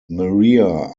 maria